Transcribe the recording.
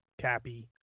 Cappy